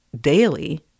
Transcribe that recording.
daily